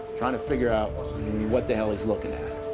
trying to figure out what what the hell he's looking at.